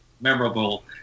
memorable